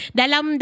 dalam